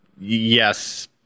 yes